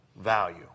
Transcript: value